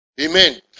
Amen